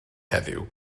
heddiw